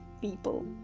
people